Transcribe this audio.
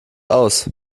aus